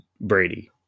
Brady